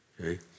okay